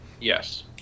Yes